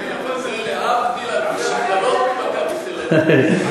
זה להבדיל אלף אלפי הבדלות "מכבי תל-אביב".